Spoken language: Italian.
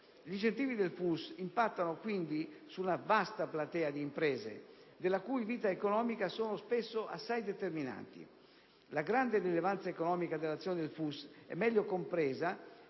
Gli incentivi del FUS impattano, quindi, su una vasta platea di imprese, per la cui vita economica sono spesso assai determinanti. La grande rilevanza economica dell'azione del FUS è meglio compresa